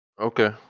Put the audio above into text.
Okay